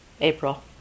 April